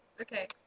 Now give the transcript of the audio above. Okay